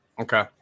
Okay